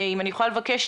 אם אני יכולה לבקש,